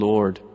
Lord